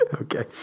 okay